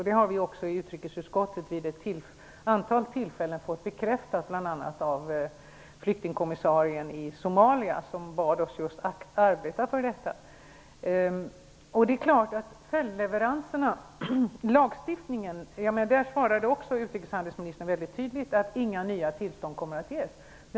Det har vi också vid ett antal tillfällen fått bekräftat i utrikesutskottet, bl.a. av flyktingkommissarien i Somalia, som bad oss att just arbeta för detta. När det gäller lagstiftningen svarade utrikeshandelsministern mycket tydligt, att inga nya tillstånd kommer att ges.